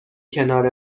کنار